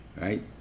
Right